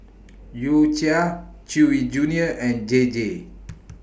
U Cha Chewy Junior and J J